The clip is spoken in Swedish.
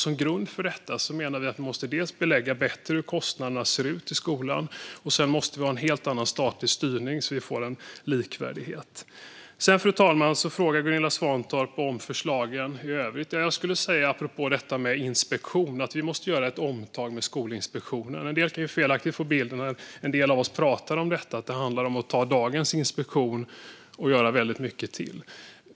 Som grund för detta måste man, menar vi, bättre belägga hur kostnaderna ser ut i skolan. Det måste också finnas en helt annan statlig styrning, så att man får likvärdighet. Fru talman! Gunilla Svantorp frågade om förslagen i övrigt. Apropå detta med inspektion skulle jag säga att vi måste göra ett omtag med Skolinspektionen. När en del av oss pratar om detta kan vissa felaktigt få bilden att det handlar om att ta dagens inspektion och göra väldigt mycket till.